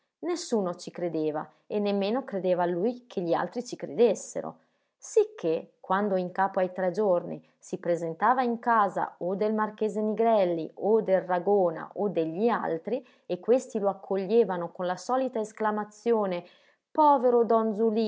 nessuno ci credeva e nemmeno credeva lui che gli altri ci credessero sicché quando in capo ai tre giorni si presentava in casa o del marchese nigrelli o del ragona o degli altri e questi lo accoglievano con la solita esclamazione povero don zulì